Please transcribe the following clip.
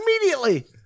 immediately